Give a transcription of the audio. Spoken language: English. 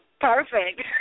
Perfect